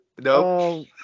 Nope